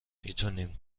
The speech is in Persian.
میتونیم